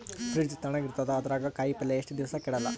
Fridge ತಣಗ ಇರತದ, ಅದರಾಗ ಕಾಯಿಪಲ್ಯ ಎಷ್ಟ ದಿವ್ಸ ಕೆಡಲ್ಲ?